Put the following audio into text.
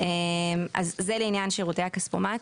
זה לעניין שירותי הכספומט.